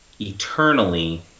eternally